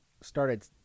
started